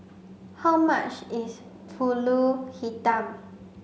how much is Pulut Hitam